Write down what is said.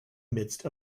midst